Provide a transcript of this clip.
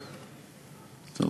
טוב,